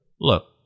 Look